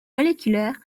moléculaire